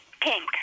Pink